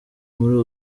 muri